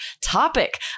topic